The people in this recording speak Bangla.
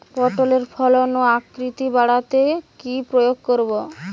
পটলের ফলন ও আকৃতি বাড়াতে কি প্রয়োগ করব?